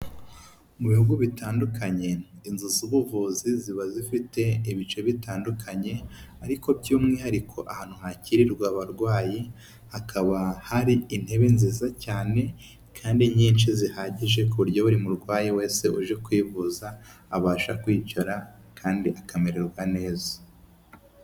Mu bihugu bitandukanye inzu z'ubuvuzi ziba zifite ibice bitandukanye, ariko by'umwihariko ahantu hakirirwa abarwayi hakaba hari intebe nziza cyane kandi nyinshi zihagije ku buryo buri murwaye wese uje kwivuza abasha kwicara kandi akamererwa neza.